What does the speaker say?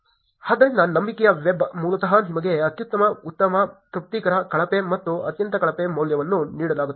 ಆದ್ದರಿಂದ ನಂಬಿಕೆಯ ವೆಬ್ ಮೂಲತಃ ನಿಮಗೆ ಅತ್ಯುತ್ತಮ ಉತ್ತಮ ತೃಪ್ತಿಕರ ಕಳಪೆ ಮತ್ತು ಅತ್ಯಂತ ಕಳಪೆ ಮೌಲ್ಯವನ್ನು ನೀಡುತ್ತದೆ